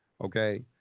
Okay